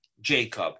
Jacob